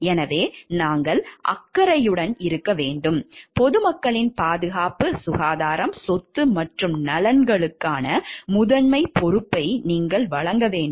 எனவே நாங்கள் அக்கறையுடன் இருக்க வேண்டும் பொதுமக்களின் பாதுகாப்பு சுகாதாரம் சொத்து மற்றும் நலனுக்கான முதன்மைப் பொறுப்பை நீங்கள் வழங்க வேண்டும்